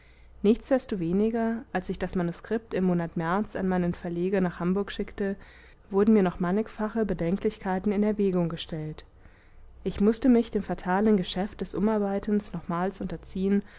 nichtsdestoweniger als ich das manuskript im monat märz an meinen verleger nach hamburg schickte wurden mir noch mannigfache bedenklichkeiten in erwägung gestellt ich mußte mich dem fatalen geschäfte des umarbeitens nochmals unterziehen